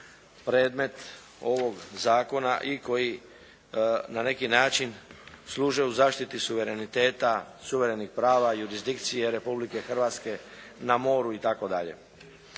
predmet ovog zakona i koji na neki način služe u zaštiti suvereniteta, suverenih prava, jurisdikcije Republike Hrvatske na moru itd.